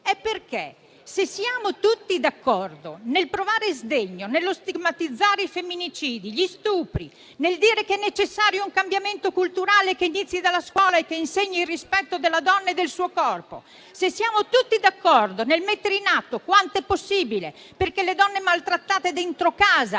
se siamo tutti d'accordo nel provare sdegno, nello stigmatizzare i femminicidi e gli stupri, e nel dire che è necessario un cambiamento culturale che inizi dalla scuola e che insegni il rispetto della donna e del suo corpo, e perché, se siamo tutti d'accordo nel mettere in atto quanto è possibile perché le donne maltrattate dentro casa